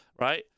right